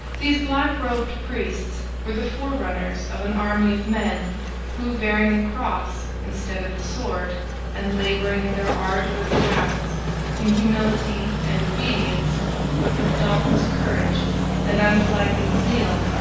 these black-robed priests were the forerunners of an army of men who, bearing the cross instead of the sword and labouring at their arduous tasks in humility and obedience but with dauntless courage and unflagging zeal,